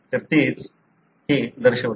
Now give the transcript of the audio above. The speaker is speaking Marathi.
तर ते हेच दर्शवते